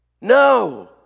No